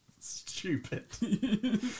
Stupid